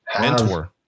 mentor